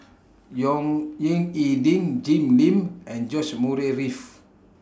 Yong Ying E Ding Jim Lim and George Murray Reith